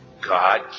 God